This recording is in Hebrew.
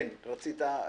כן, רצית לדבר,